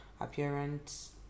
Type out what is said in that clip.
appearance